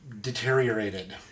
deteriorated